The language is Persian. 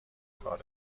کار